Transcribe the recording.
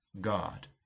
God